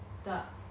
different places